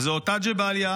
וזו אותה ג'באליה,